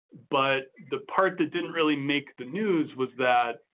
but the part that didn't really make the news was that.